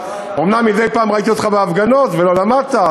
אומנם מדי פעם ראיתי אותך בהפגנות ולא למדת,